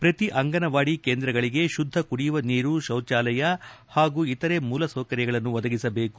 ಪ್ರತಿ ಅಂಗನವಾಡಿ ಕೇಂದ್ರಗಳಗೆ ಶುದ್ದ ಕುಡಿಯುವ ನೀರು ಶೌಚಾಲಯ ಹಾಗೂ ಇತರೆ ಮೂಲ ಸೌಕರ್ಯಗಳನ್ನು ಒದಗಿಸಬೇಕು